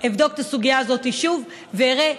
אבדוק את הסוגיה הזאת שוב ואראה.